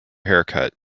haircut